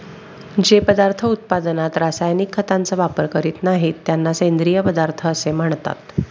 जे पदार्थ उत्पादनात रासायनिक खतांचा वापर करीत नाहीत, त्यांना सेंद्रिय पदार्थ असे म्हणतात